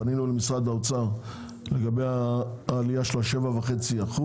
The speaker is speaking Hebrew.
פנינו למשרד האוצר לגבי העלייה של ה-7.5%,